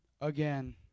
again